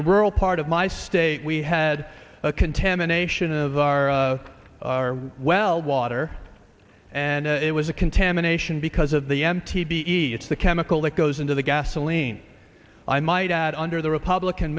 a rural part of my state we had a contamination of our well water and it was a contamination because of the m t b e it's the chemical that goes into the gasoline i might add under the republican